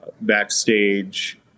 backstage